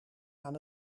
aan